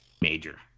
major